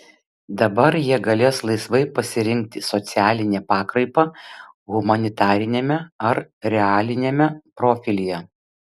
dabar jie galės laisvai pasirinkti socialinę pakraipą humanitariniame ar realiniame profilyje